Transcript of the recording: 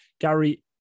Gary